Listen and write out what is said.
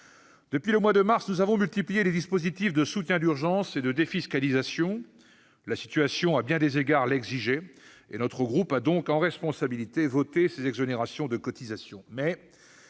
Depuis le mois de mars, nous avons multiplié les dispositifs de soutien d'urgence et de défiscalisation. La situation, à bien des égards, l'exigeait ; c'est pourquoi notre groupe, en responsabilité, a voté ces exonérations de cotisations.